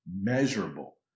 measurable